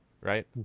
right